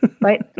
right